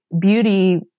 beauty